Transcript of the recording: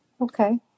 Okay